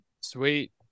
Sweet